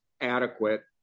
adequate